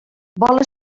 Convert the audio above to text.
vola